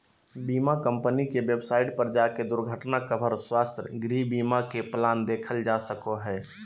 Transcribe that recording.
बीमा कम्पनी के वेबसाइट पर जाके दुर्घटना कवर, स्वास्थ्य, गृह बीमा के प्लान देखल जा सको हय